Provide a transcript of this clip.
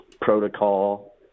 protocol